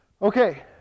Okay